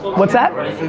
what's that?